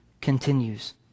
continues